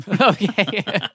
Okay